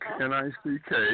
N-I-C-K